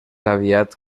aviat